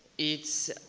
it's